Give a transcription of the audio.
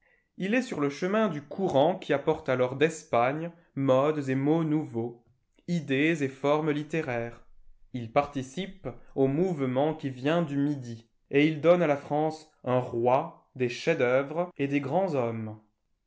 il est sur le chemin du courant qui apporte alors d'espagne modes et mots nouveaux idées et formes littéraires il participe au mouvement qui vient du midi et il donne à la france un roi des chefs-d'œuvre et des grands hommes